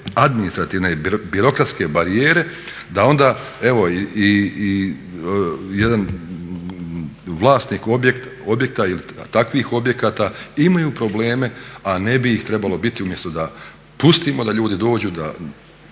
administrativne i birokratske barijere da onda i jedan vlasnik objekta ili takvih objekata imaju probleme, a ne bi ih trebalo biti. Umjesto da pustimo da ljudi dođu da